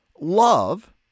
Love